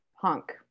punk